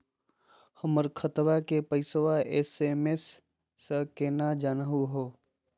हमर खतवा के पैसवा एस.एम.एस स केना जानहु हो?